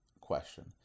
question